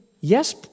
yes